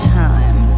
time